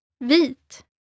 Vit